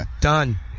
done